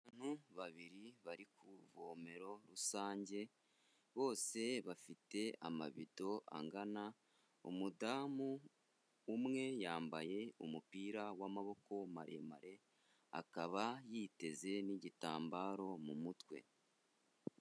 Abantu babiri bari ku ivomero rusange, bose bafite amabido angana. Umudamu umwe yambaye umupira w'amaboko maremare akaba yiteze n'igitambaro mu mutwe.